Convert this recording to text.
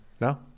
No